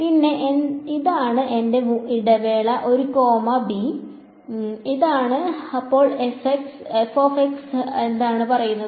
പിന്നെ ഇതാണ് എന്റെ ഇടവേള ഒരു കോമ b ഇതാണ് അപ്പോൾ എന്താണ് പറയുന്നത്